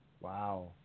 Wow